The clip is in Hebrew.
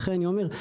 לכן אני אמר: